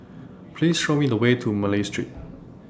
Please Show Me The Way to Malay Street